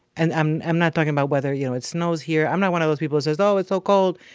and i'm i'm not talking about weather. you know, it snows here. i'm not one of those people who says, oh, it's so cold.